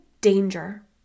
danger